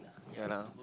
ya lah